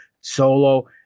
Solo